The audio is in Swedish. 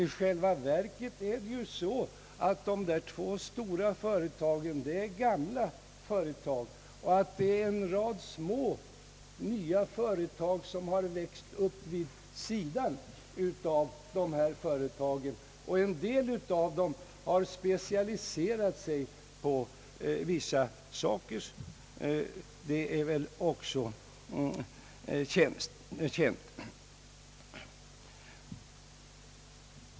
I själva verket är det så att dessa två stora företag är gamla företag och att en rad nya, små företag har växt upp vid sidan av dem. En del av de nya företagen har specialiserat sig på vissa produkter, det är väl också känt.